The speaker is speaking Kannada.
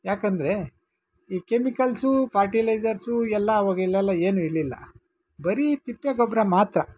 ಯಾಕೆಂದರೆ ಈ ಕೆಮಿಕಲ್ಸು ಫಾರ್ಟಿಲೈಜರ್ಸು ಎಲ್ಲ ಆವಾಗ ಇಲ್ಲಲ ಏನೂ ಇರಲಿಲ್ಲ ಬರಿ ತಿಪ್ಪೆ ಗೊಬ್ಬರ ಮಾತ್ರ